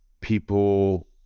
people